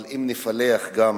אבל אם נפלח גם